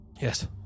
Yes